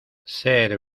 ser